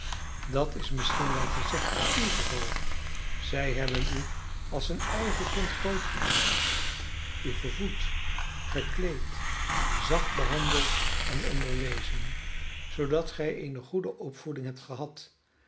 dat is misschien wel gezegd in uw geval zij hebben u als een eigen kind grootgebracht u gevoed gekleed zacht behandeld en onderwezen zoodat gij eene goede opvoeding hebt gehad dat